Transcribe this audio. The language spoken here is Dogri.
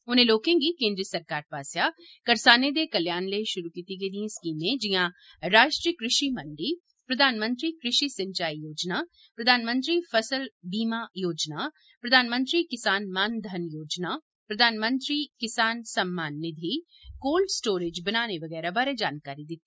उनें लोकें गी केन्द्री सरकार पास्सेआ करसानें दे कल्याण लेई शुरू कीती गेदिएं स्कीमें जियां राश्ट्रीय कृषि मंडी प्रधानमंत्री कृषि सिंचाई योजना प्रधानमंत्री फसल बीमा योजना प्रधानमंत्री किसान मान घन योजना प्रधानमंत्री किसान सम्मान निधि कोल्ड स्टोरेज बनाने बगैरा बारे जानकारी कीती